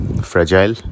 fragile